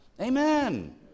Amen